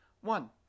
One